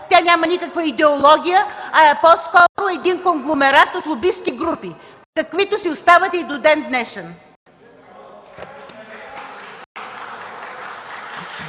тя няма никаква идеология, а е по-скоро един конгломерат от лобистки групи, каквито си оставате и до ден-днешен.